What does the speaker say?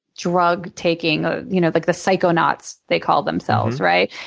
drug-taking, ah you know like the psychonauts they call themselves, right?